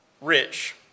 rich